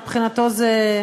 מבחינתו זו